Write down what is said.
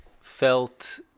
felt